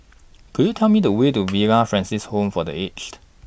Could YOU Tell Me The Way to Villa Francis Home For The Aged